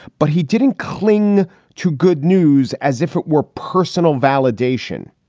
but he didn't cling to good news as if it were personal validation.